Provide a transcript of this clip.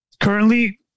currently